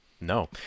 No